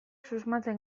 susmatzen